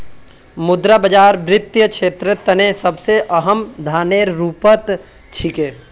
मुद्रा बाजार वित्तीय क्षेत्रेर तने सबसे अहम साधनेर रूपत छिके